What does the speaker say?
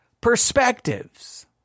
perspectives